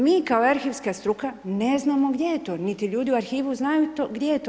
Mi kao arhivska struka ne znamo gdje je to, niti ljudi u arhivu znaju, gdje to.